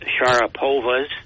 Sharapovas